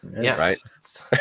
Yes